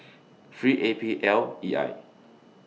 three A P L E I